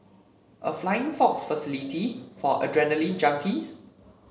a flying fox facility for adrenaline junkies